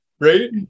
right